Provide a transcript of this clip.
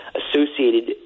associated